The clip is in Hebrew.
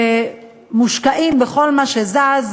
מושקעים בכל מה שזז,